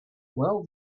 well